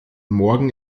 morgen